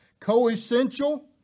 coessential